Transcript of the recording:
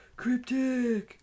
cryptic